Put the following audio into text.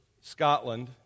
Scotland